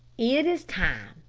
it is time,